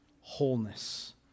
wholeness